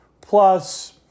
Plus